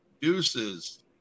Deuces